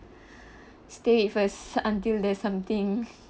stay first until there's something